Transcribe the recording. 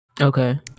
okay